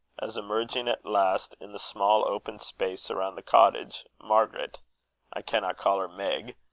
as, emerging at last in the small open space around the cottage, margaret i cannot call her meg,